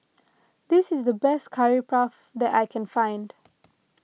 this is the best Curry Puff that I can find